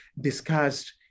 discussed